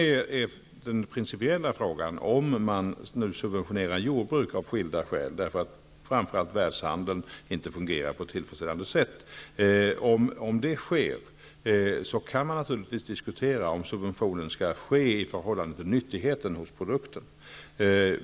Om man nu av skilda skäl subventionerar jordbruk, framför allt på grund av att världshandeln inte fungerar på ett tillfredsställande sätt, kan det naturligtvis diskuteras om subventionen skall ske i förhållande till nyttigheten hos produkten.